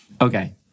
Okay